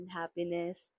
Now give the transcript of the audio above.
happiness